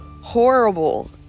horrible